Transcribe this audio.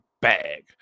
bag